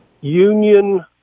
union